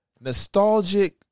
nostalgic